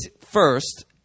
First